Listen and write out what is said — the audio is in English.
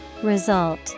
Result